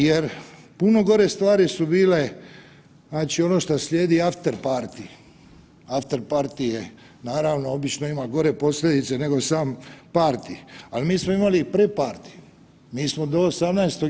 Jer puno gore stvari su bile, znači ono što slijedi after party, after party je naravno obično ima gore posljedice nego sam party, al mi smo imali pre party, mi smo do 18.